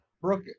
Brooke